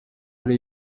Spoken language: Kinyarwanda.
hari